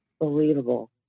believable